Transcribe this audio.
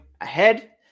ahead